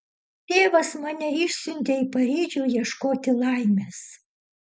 tėvas mane išsiuntė į paryžių ieškoti laimės